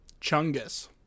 chungus